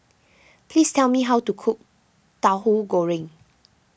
please tell me how to cook Tauhu Goreng